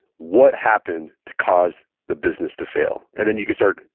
what happened to cause the business to fail? and then you can start.